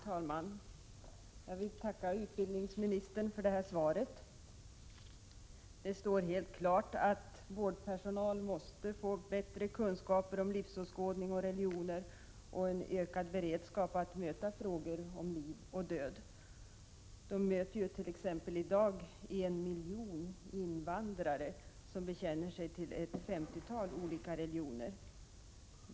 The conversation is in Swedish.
Herr talman! Jag vill tacka utbildningsministern för svaret. Det står helt klart att vårdpersonal måste få bättre kunskaper om livsåskådning och religioner samt en ökad beredskap för att möta frågor om liv och död. Vårdpersonalen möter ju t.ex. i dag 1 miljon invandrare, som bekänner sig till ett femtiotal olika religioner.